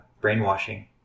brainwashing